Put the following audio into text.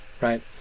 right